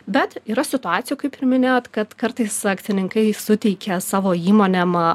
bet yra situacijų kaip ir minėjot kad kartais akcininkai suteikia savo įmonėm